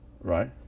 Right